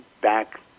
back